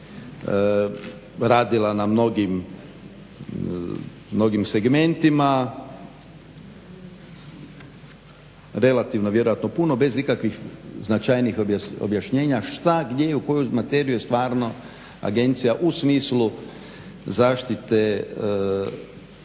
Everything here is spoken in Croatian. radila na mnogim segmentima. Relativno, vjerojatno puno bez ikakvih značajnijih objašnjenja šta, gdje, u koju materiju je stvarno agencija u smislu zaštite osobnih